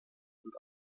und